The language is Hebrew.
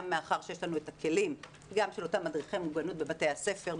גם מאחר שיש לנו את הכלים גם של אותם מדריכים מוגנות בבתי הספר,